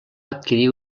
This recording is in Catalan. adquirir